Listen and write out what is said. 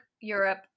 Europe